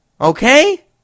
Okay